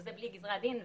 וזה בלי גזרי הדין וכו'.